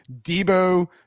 debo